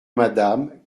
madame